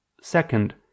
Second